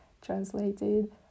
translated